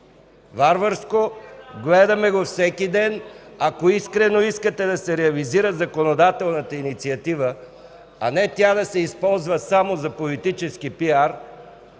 Варварско! Гледаме го всеки ден! Ако искрено искате да се реализира законодателната инициатива, а не тя да се използва само за политически пиар,